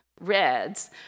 reds